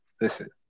Listen